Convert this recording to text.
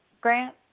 Grant